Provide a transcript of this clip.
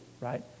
right